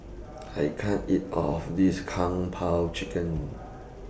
I can't eat All of This Kung Po Chicken